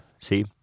See